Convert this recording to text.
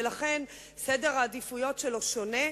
ולכן סדר העדיפויות שלו שונה.